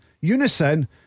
unison